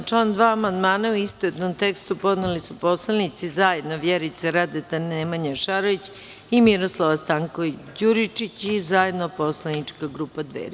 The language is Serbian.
Na član 2. amandmane, u istovetnom tekstu, podneli su poslanici zajedno Vjerica Radeta, Nemanja Šarović i Miroslava Stanković Đuričić i zajedno poslanička grupa Dveri.